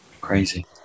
crazy